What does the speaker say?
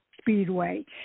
Speedway